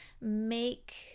make